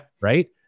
Right